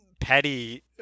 petty